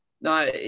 no